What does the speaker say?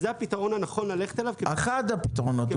זה הפתרון הנכון ללכת אליו.